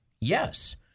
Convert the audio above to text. Yes